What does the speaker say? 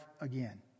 again